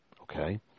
Okay